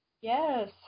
Yes